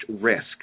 risk